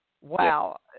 Wow